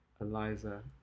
Eliza